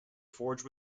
forge